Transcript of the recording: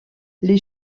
les